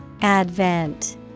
Advent